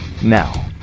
now